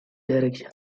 direction